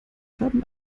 haben